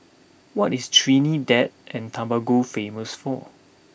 what is Trinidad and Tobago famous for